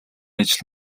ажил